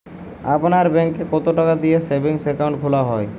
আপনার ব্যাংকে কতো টাকা দিয়ে সেভিংস অ্যাকাউন্ট খোলা হয়?